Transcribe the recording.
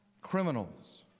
criminals